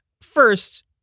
First